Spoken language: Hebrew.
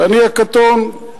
ואני הקטון.